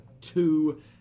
two